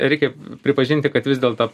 reikia pripažinti kad vis dėlto